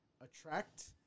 attract